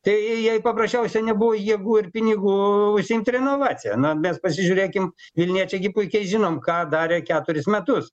tai jai paprasčiausia nebuvo jėgų ir pinigų užsiimt renovacija na mes pasižiūrėkim vilniečiai gi puikiai žinom ką darė keturis metus